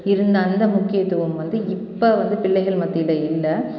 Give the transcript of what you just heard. இருந்த அந்த முக்கியத்துவம் வந்து இப்போ வந்து பிள்ளைகள் மத்தியில் இல்லை